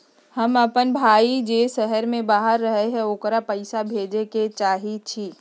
हमर अपन भाई जे शहर के बाहर रहई अ ओकरा पइसा भेजे के चाहई छी